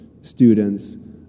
students